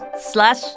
Slash